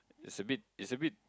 it's a bit it's a bit